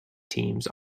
teams